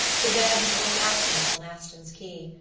to web's or massey's on aston's quay,